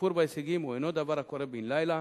שיפור בהישגים הוא אינו דבר הקורה בן לילה,